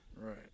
Right